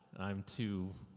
i'm too,